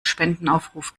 spendenaufruf